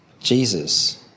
Jesus